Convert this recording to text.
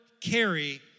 carry